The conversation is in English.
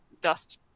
dust